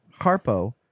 Harpo